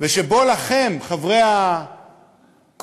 שבו לכם, חברי הקואליציה,